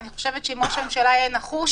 אני חושבת אם ראש הממשלה יהיה נחוש